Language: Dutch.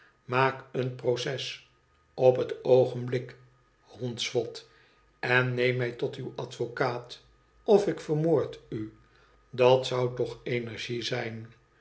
maak een proces op het oogenblik honds vot en neem mij tot uw advocaat of ik vermoord u dat zou toch energie zijn